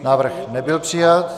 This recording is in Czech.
Návrh nebyl přijat.